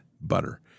butter